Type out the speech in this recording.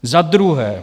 Za druhé.